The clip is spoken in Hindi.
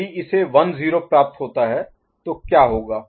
यदि इसे 1 0 प्राप्त होता है तो क्या होगा